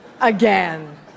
again